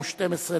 אדוני השר,